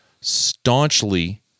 staunchly